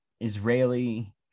Israeli